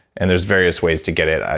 and there's various ways to get it.